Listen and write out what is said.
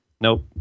nope